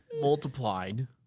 multiplied